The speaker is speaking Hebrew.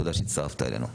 תודה שהצטרפת אלינו,